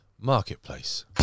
Marketplace